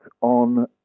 on